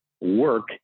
work